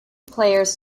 players